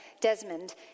Desmond